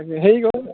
তাকে হেৰি আকৌ